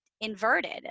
inverted